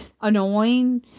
annoying